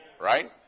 right